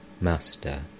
Master